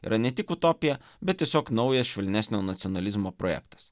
yra ne tik utopija bet tiesiog naujas švelnesnio nacionalizmo projektas